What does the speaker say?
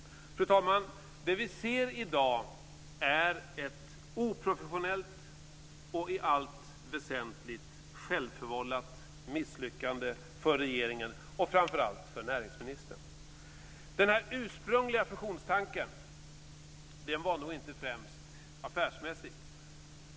Fru talman! Det som vi i dag ser är ett oprofessionellt och i allt väsentligt självförvållat misslyckande för regeringen och framför allt för näringsministern. Den ursprungliga fusionstanken var nog inte främst affärsmässig.